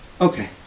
Okay